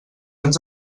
ens